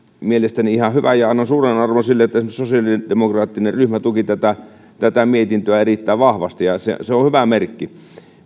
mielestäni ihan hyvä ja annan suuren arvon sille että esimerkiksi sosiaalidemokraattinen ryhmä tuki tätä tätä mietintöä erittäin vahvasti se on hyvä merkki